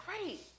great